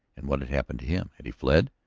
and what had happened to him? had he fled?